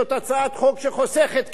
זאת הצעת חוק שחוסכת כסף.